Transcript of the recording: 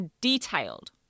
detailed